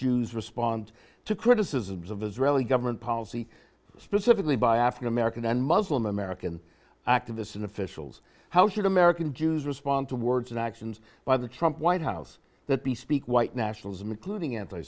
jews respond to criticisms of israeli government policy specifically by african american and muslim american activists and officials how should american jews respond to words and actions by the trump white house that the speak white nationalism including anti